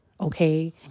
okay